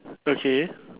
okay